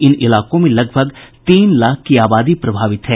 इन इलाकों में लगभग तीन लाख की आबादी प्रभावित है